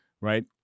right